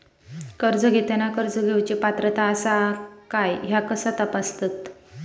कर्ज घेताना कर्ज घेवची पात्रता आसा काय ह्या कसा तपासतात?